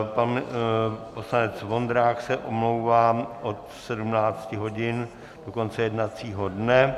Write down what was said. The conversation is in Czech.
Pan poslanec Vondrák se omlouvá od 17 hodin do konce jednacího dne.